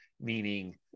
meaning